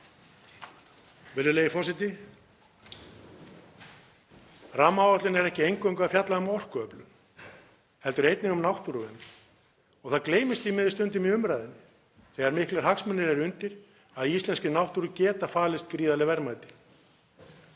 Virðulegi forseti. Rammaáætlun er ekki eingöngu að fjalla um orkuöflun heldur einnig um náttúruvernd og það gleymist því miður stundum í umræðunni þegar miklir hagsmunir eru undir að í íslenskri náttúru geta falist gríðarleg verðmæti.